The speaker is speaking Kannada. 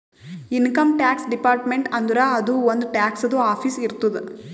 ಇನ್ಕಮ್ ಟ್ಯಾಕ್ಸ್ ಡಿಪಾರ್ಟ್ಮೆಂಟ್ ಅಂದುರ್ ಅದೂ ಒಂದ್ ಟ್ಯಾಕ್ಸದು ಆಫೀಸ್ ಇರ್ತುದ್